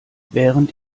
während